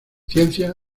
ciencia